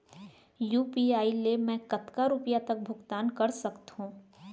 UPI ले मैं कतका रुपिया तक भुगतान कर सकथों